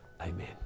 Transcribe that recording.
Amen